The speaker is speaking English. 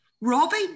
Robbie